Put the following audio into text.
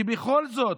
שבכל זאת